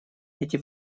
эти